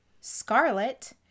Scarlet